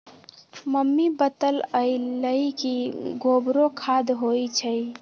mummy बतअलई कि गोबरो खाद होई छई